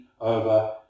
over